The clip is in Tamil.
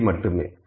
03 மட்டுமே